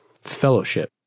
fellowship